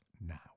now